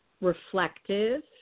reflective